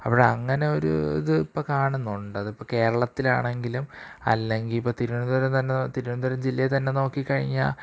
അവിടെ അങ്ങനെ ഒരു ഇത് ഇപ്പോള് കാണുന്നൊണ്ട് അതിപ്പോള് കേരളത്തിലാണെങ്കിലും അല്ലെങ്കില് ഇപ്പോള് തിരുവനന്തപുരം തന്നെ തിരുവനന്തപുരം ജില്ലെ തന്നെ നോക്കിക്കഴിഞ്ഞാല്